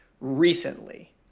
recently